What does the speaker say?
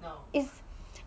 no is